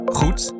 goed